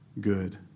good